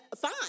fine